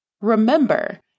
Remember